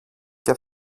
και